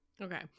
okay